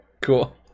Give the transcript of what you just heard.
Cool